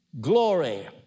glory